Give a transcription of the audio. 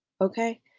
Okay